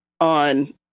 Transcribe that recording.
on